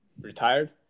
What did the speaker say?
retired